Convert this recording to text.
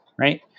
right